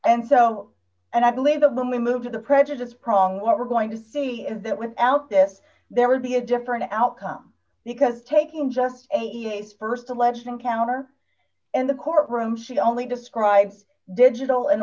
and so and i believe that when we move to the prejudice prong what we're going to see is that without this there would be a different outcome because taking just a st alleged encounter in the courtroom she only described digital